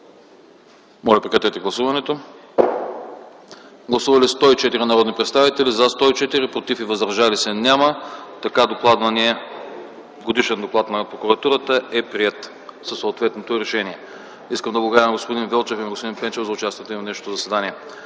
по правни въпроси.” Гласували 104 народни представители: за 104, против и въздържали се няма. Така докладваният годишен доклад на прокуратурата е приет със съответното решение. Искам да благодаря на господин Велчев и на господин Пенчев за участието им в днешното заседание.